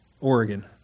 Oregon